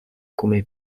come